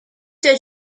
cette